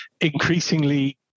increasingly